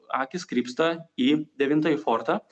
akys krypsta į devintąjį fortą